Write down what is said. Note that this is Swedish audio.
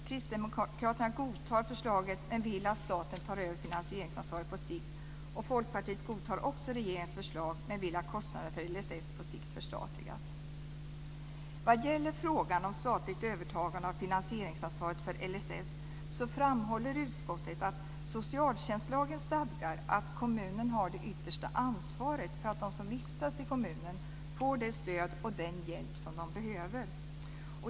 Kristdemokraterna godtar förslaget men vill att staten tar över finansieringsansvaret på sikt. Folkpartiet godtar också regeringens förslag men vill att kostnaderna för LSS på sikt förstatligas. Vad gäller frågan om statligt övertagande av finansieringsansvaret för LSS framhåller utskottet att socialtjänstlagen stadgar att kommunen har det yttersta ansvaret för att de som vistas i kommunen får det stöd och den hjälp som de behöver.